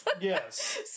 Yes